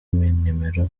nimero